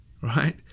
right